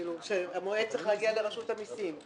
שהמועד צריך להגיד לרשות המיסים.